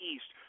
East